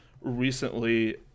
recently